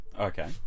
okay